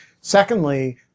Secondly